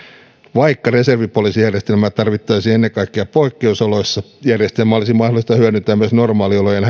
vaikka reservipoliisijärjestelmää tarvittaisiin ennen kaikkea poikkeusoloissa järjestelmää olisi mahdollista hyödyntää myös normaaliolojen